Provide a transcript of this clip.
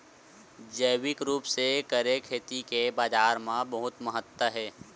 जैविक रूप से करे खेती के बाजार मा बहुत महत्ता हे